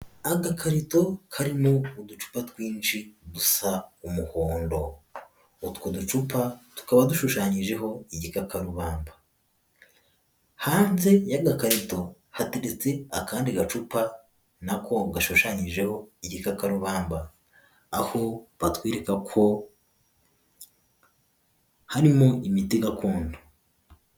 Agakarito karimo uducupa twinshi dusa umuhondo. Utwo ducupa tukaba dushushanyijeho igikakarubamba. Hanze y'agakarito hateretse akandi gacupa nako gashushanyijeho igikakarubamba, aho batwireka ko harimo imiti gakondo.